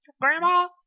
Grandma